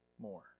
more